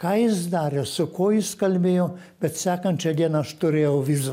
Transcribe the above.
ką jis darė su kuo jis kalbėjo bet sekančią dieną aš turėjau vizą